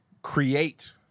create